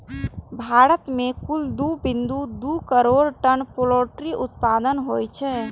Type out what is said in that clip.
भारत मे कुल दू बिंदु दू करोड़ टन पोल्ट्री उत्पादन होइ छै